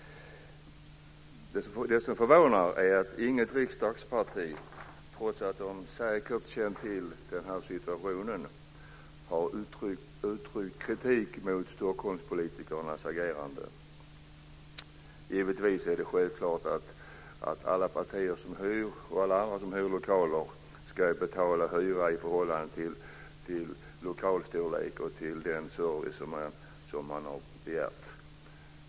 Det som förvånar är att inget riksdagsparti, trots att de säkert känt till den här situationen, har uttryckt kritik mot Stockholmspolitikernas agerande. Självklart ska alla partier och alla andra som hyr lokaler betala hyra i förhållande till lokalstorlek och den service som man har begärt.